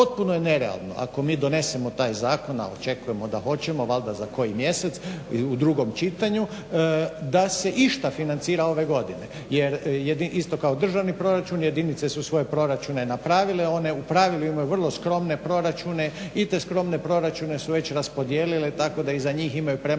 potpuno je nerealno ako mi donesemo taj zakon a očekujemo da hoćemo valjda za koji mjesec u drugom čitanju, da se išta financira ove godine jer je isto kao državni proračun, jedinice su svoje proračune napravile, one u pravilu imaju vrlo skromne proračune i te skromne proračune su već raspodijelile tako da iza njih imaju premalo